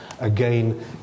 Again